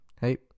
Hey